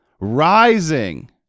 rising